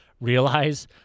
realize